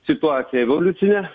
situacija evoliucinė